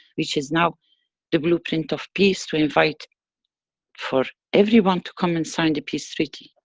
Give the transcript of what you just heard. which is now the blueprint of peace, to invite for everyone to come and sign the peace treaty.